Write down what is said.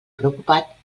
preocupat